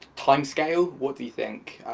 point scale, what do you think?